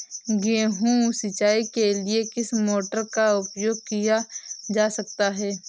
गेहूँ सिंचाई के लिए किस मोटर का उपयोग किया जा सकता है?